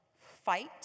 fight